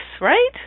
right